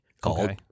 called